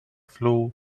flue